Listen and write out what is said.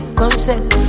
concept